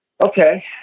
okay